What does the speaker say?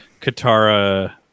Katara